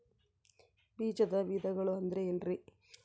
ಬೇಜದ ವಿಧಗಳು ಅಂದ್ರೆ ಏನ್ರಿ?